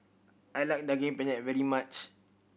I like Daging Penyet very much